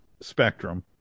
Spectrum